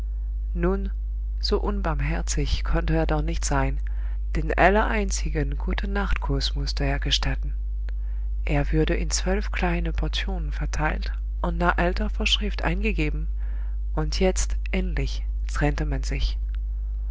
nun so unbarmherzig konnte er doch nicht sein den allereinzigen gutenachtkuß mußte er gestatten er würde in zwölf kleine portionen verteilt und nach alter vorschrift eingegeben und jetzt endlich trennte man sich